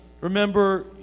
remember